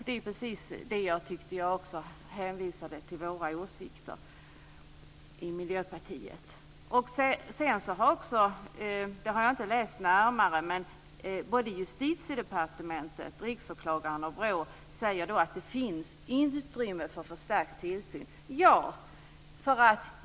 Det är precis Miljöpartiets åsikter som jag hänvisade till. Både Justitiedepartementet, Riksåklagaren och BRÅ säger att det inte finns något utrymme för förstärkt tillsyn.